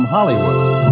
Hollywood